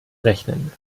rechnen